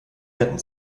retten